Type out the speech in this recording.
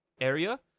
area